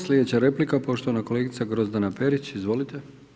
Slijedeća replika je poštovana kolegica Grozdana Perić, izvolite.